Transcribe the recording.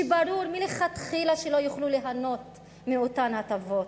כשברור מלכתחילה שהם לא יוכלו ליהנות מאותן הטבות?